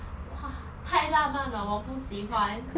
!wah! 太浪漫了我不喜欢